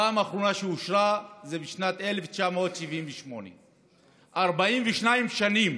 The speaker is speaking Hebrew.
פעם אחרונה שהיא אושרה הייתה בשנת 1978. 42 שנים